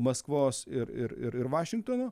maskvos ir ir ir ir vašingtono